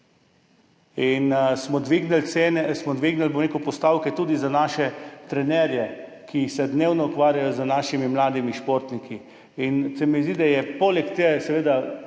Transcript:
in smo dvignili postavke tudi za naše trenerje, ki se dnevno ukvarjajo z našimi mladimi športniki. Zdi se mi, da je poleg te